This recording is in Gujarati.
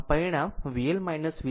આમ આ પરિણામ પરિણામ VL VC છે